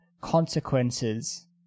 consequences